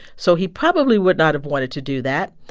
so he probably would not have wanted to do that.